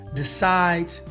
decides